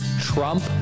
trump